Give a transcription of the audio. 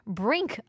brink